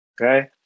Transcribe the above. Okay